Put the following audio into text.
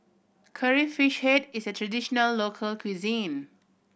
Curry Fish Head is a traditional local cuisine